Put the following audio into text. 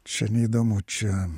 čia neįdomu čia